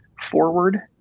forward